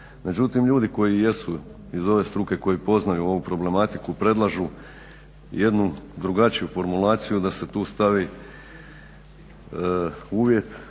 Međutim, ljudi koji jesu iz ove struke, koji poznaju ovu problematiku predlažu jednu drugačiju formulaciju, da se tu stavi uvjet